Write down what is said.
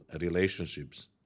relationships